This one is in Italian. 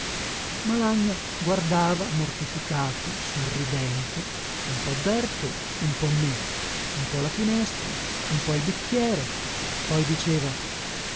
guardava mortificato sorridente un po berto un po me un po la finestra un po il bicchiere poi diceva